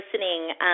listening